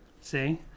See